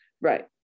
Right